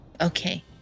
Okay